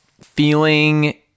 feeling